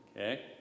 Okay